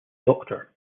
doctor